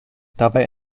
dabei